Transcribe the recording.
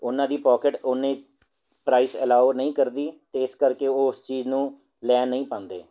ਉਹਨਾਂ ਦੀ ਪੋਕਿਟ ਓਨੀ ਪ੍ਰਾਈਸ ਅਲਾਓ ਨਹੀਂ ਕਰਦੀ ਅਤੇ ਇਸ ਕਰਕੇ ਉਹ ਉਸ ਚੀਜ਼ ਨੂੰ ਲੈ ਨਹੀਂ ਪਾਉਂਦੇ